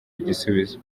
igisubizo